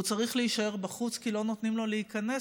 והוא צריך להישאר בחוץ כי לא נותנים לו להיכנס?